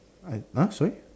i ah sorry